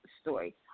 story